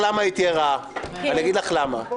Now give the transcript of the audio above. רמת האלסטיות שהגעתם אליה עם הרבנים היא יפה מאוד.